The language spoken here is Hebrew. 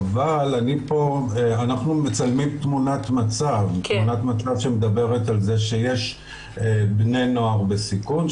אבל אנחנו מצלמים תמונת מצב שמדברת על זה שיש בני נוער בסיכון,